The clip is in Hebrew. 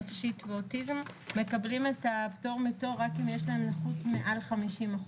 נפשית ואוטיזם מקבלים את הפטור מתור רק אם יש להם נכות מעל 50%,